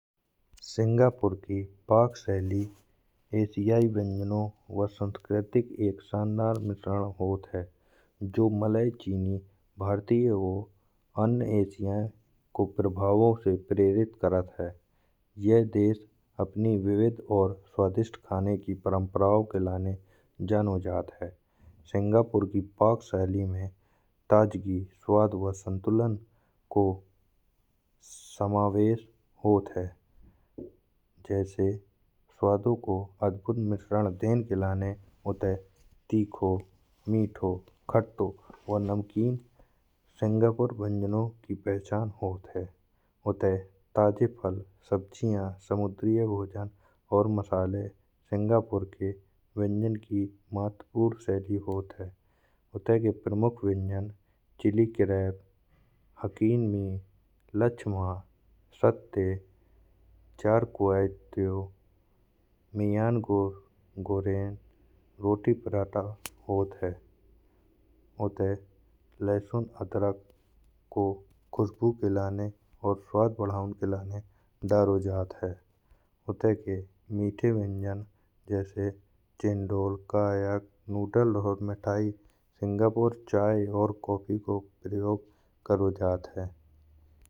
सिंगापुर की पक शैली एशियन व्यंजनों वा सांस्कृतिक एक शानदार मिश्रण होत है। जो मलाई चीनी भारतीय को अन्य एशियन को प्रभावों से प्रेरित करत है। यह देश अपनी विविध और स्वादिष्ट खाने की परम्पराओं के लाने जानो जात है। सिंगापुर की पक में ताजगी स्वाद वा संतुलन को समावेश होत है। जैसे स्वादों को अद्भुत मिश्रण देने के लाने उठाय तीखो हो मिठो खट्टो वा नमकीन सिंगापुर वैंजनों की पहचान होत है। उठाय ताजे फल सब्जियाँ समुद्री भोजन और मसाले। सिंगापुर के व्यंजन की महत्वपूर्ण शैली होत है। उटे प्रमुख व्यंजन चिली क्रैब हाकिन नी रोटी पराठा होत है। उठे लहसुन अदरक को खुशबु के लाने और स्वाद बढ़ाउन के लाने दारो जात है। उठे मीठे व्यंजन जैसे चंडोल कायक नूडल और मिठाई और सिंगापुर चाय और कॉफी को प्रयोग करो जात है।